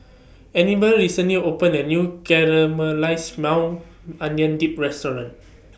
Anibal recently opened A New Caramelized Maui Onion Dip Restaurant